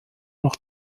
noch